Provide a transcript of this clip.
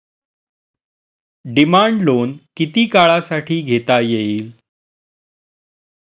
Demand loan किती काळासाठी घेता येईल?